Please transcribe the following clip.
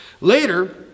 Later